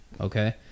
Okay